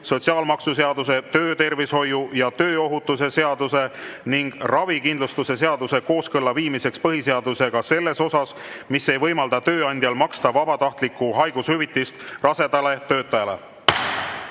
sotsiaalmaksuseaduse, töötervishoiu ja tööohutuse seaduse ning ravikindlustuse seaduse kooskõlla viimiseks põhiseadusega selles osas, mis ei võimalda tööandjal maksta vabatahtlikku haigushüvitist rasedale töötajale.